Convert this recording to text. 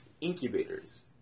incubators